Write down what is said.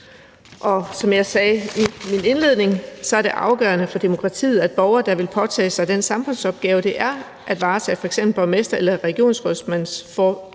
Og som jeg sagde i min indledning, er det afgørende for demokratiet, at borgere, der vil påtage sig den samfundsopgave, det er at varetage f.eks. borgmester- eller regionsrådsformandserhvervet,